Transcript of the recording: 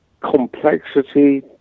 complexity